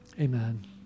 Amen